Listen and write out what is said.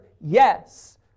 Yes